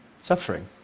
suffering